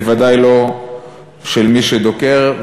בוודאי לא של מי שדוקר,